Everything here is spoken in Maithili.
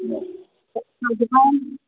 सजमनि